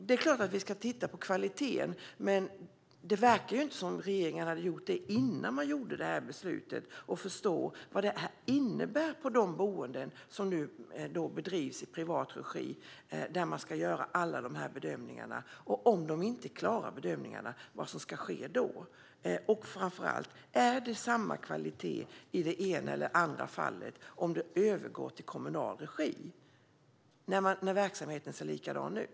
Det är klart att vi ska titta på kvaliteten, men det verkar ju inte som att regeringen gjorde det innan man fattade det här beslutet för att förstå vad detta innebär för de boenden som bedrivs i privat regi. Om de inte klarar bedömningen, vad sker då? Och framför allt: Är det samma kvalitet i det ena eller andra fallet om verksamheten övergår i kommunal regi när den ser likadan ut?